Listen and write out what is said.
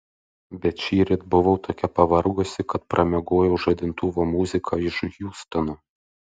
bet šįryt buvau tokia pavargusi kad pramiegojau žadintuvo muziką iš hjustono